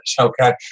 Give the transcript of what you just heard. okay